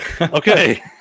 okay